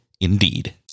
indeed